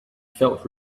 felt